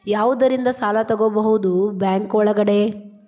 ಯಾವ್ಯಾವುದರಿಂದ ಸಾಲ ತಗೋಬಹುದು ಬ್ಯಾಂಕ್ ಒಳಗಡೆ?